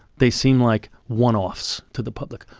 they seem like one-offs to the public.